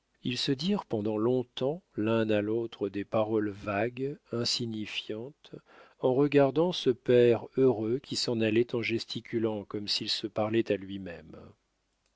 ils se dirent pendant long-temps l'un à l'autre des paroles vagues insignifiantes en regardant ce père heureux qui s'en allait en gesticulant comme s'il se parlait à lui-même